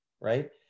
right